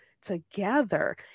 together